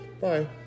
Bye